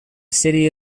city